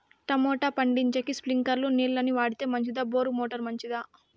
Tomato పండించేకి స్ప్రింక్లర్లు నీళ్ళ ని వాడితే మంచిదా బోరు మోటారు మంచిదా?